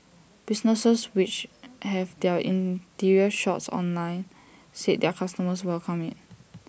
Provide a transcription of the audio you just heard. businesses which have their interior shots online said their customers welcome IT